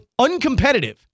uncompetitive